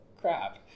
crap